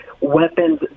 weapons